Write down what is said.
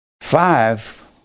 Five